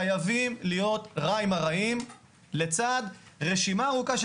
חייבים להיות רע עם הרעים לצד רשימה ארוכה של